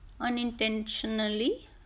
unintentionally